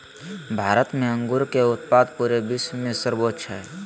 भारत में अंगूर के उत्पाद पूरे विश्व में सर्वोच्च हइ